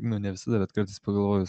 nu ne visada bet kartais pagalvoju